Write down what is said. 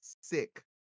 sick